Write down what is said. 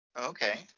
okay